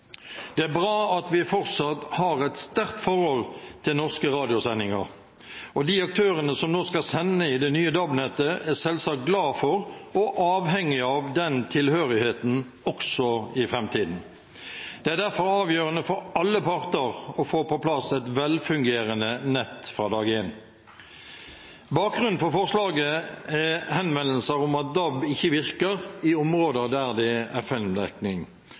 Det er bra at vi fortsatt har et sterkt forhold til norske radiosendinger, og de aktørene som nå skal sende i det nye DAB-nettet, er selvsagt glad for og avhengig av den tilhørigheten også i framtiden. Det er derfor avgjørende for alle parter å få på plass et velfungerende nett fra dag én. Bakgrunnen for forslaget er henvendelser om at DAB ikke virker i områder der det er